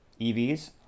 EVs